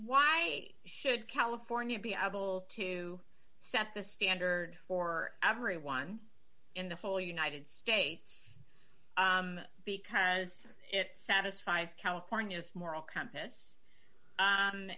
why should california be able to set the standard for everyone in the whole united states because it satisfies california's moral compass